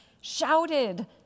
shouted